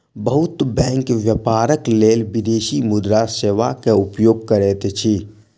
बहुत बैंक व्यापारक लेल विदेशी मुद्रा सेवा के उपयोग करैत अछि